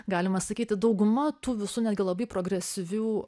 galima sakyti dauguma tų visų netgi labai progresyvių